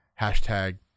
Hashtag